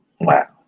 Wow